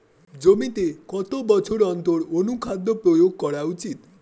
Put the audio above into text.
জমিতে কত বছর অন্তর অনুখাদ্য প্রয়োগ করা উচিৎ?